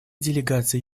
делегация